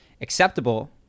Acceptable